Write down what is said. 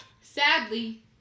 Sadly